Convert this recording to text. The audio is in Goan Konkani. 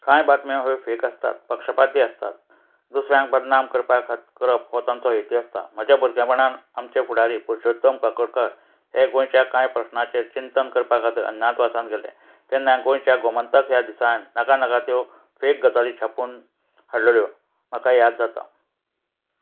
कांय बातम्यो ह्यो फेक आसतात पक्षपाती आसतात दुसऱ्यांक बदनाम करपा खात करप हो तांचो हे आसता म्हज्या भुरग्यांपणान आमचे फुडारी पुरूशोत्तम काकोडकर हे गोंयच्या कांय प्रस्नाचेर चिंतन करपा खातीर अज्ञातवासान गेले तेन्नाय गोंयच्या गोमंतक ह्या दिसान नाका नाका त्यो फेक गजाली छापून हाडल्योल्यो म्हाका याद जाता